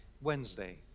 Wednesday